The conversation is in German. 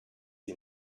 sie